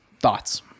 Thoughts